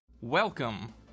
Welcome